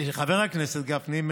חבר הכנסת גפני,